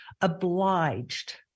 obliged